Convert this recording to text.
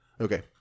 Okay